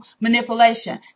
manipulation